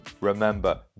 Remember